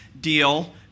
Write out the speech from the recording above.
deal